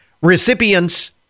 recipients